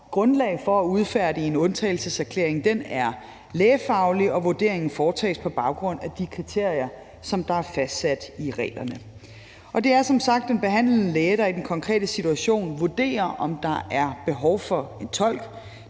grundlag for at udfærdige en undtagelseserklæring, er lægefaglig, og vurderingen foretages på baggrund af de kriterier, der er fastsat i reglerne. Og det er som sagt den behandlende læge, der i den konkrete situation vurderer, om der er behov for en tolk.